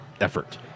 effort